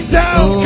down